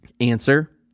answer